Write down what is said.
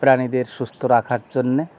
প্রাণীদের সুস্থ রাখার জন্যে